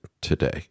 today